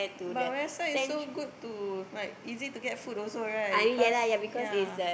but website so good to like easy to get food also right cause ya